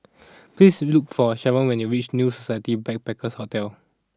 please look for Shavon when you reach New Society Backpackers' Hotel